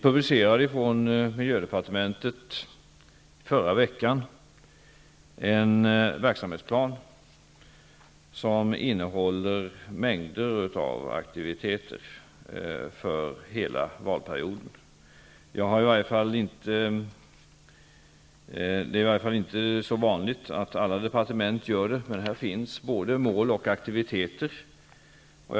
Miljödepartementet publicerade förra veckan en verksamhetsplan som innehåller mängder av aktiviteter för hela valperioden. I denna verksamhetsplan finns både mål och aktiviteter beskrivna. Det är inte så vanligt att i varje fall alla departement gör så.